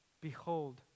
behold